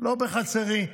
לא בחצרי,